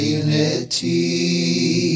unity